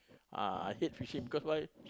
ah I hate fishing because why